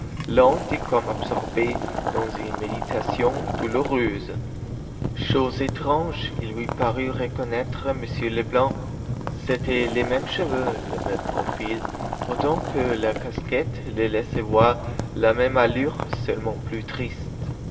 lents et comme absorbé dans une méditation douloureuse chose étrange il lui parut reconnaître m leblanc c'étaient les mêmes cheveux le même profil autant que la casquette le laissait voir la même allure seulement plus triste